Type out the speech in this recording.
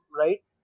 right